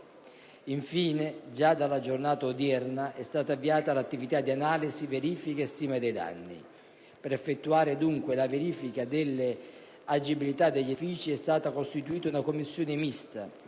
partire dalla giornata odierna verrà avviata l'attività di analisi, verifica e stima dei danni. Per effettuare, dunque, la verifica dell'agibilità degli edifici è stata costituita una commissione mista